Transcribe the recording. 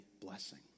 blessing